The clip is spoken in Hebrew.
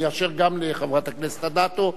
אני אאפשר גם לחברת הכנסת אדטו.